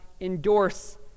endorse